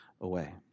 away